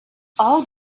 all